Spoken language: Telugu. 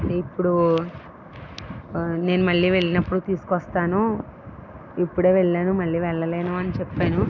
ఇప్పుడు నేను మళ్ళీ వెళ్ళినప్పుడు తీసుకొస్తాను ఇప్పుడే వెళ్ళాను మళ్ళీ వెళ్ళలేను అని చెప్పాను